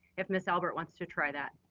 if ms. albert wants to try that.